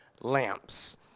lamps